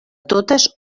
totes